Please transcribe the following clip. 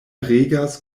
regas